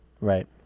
Right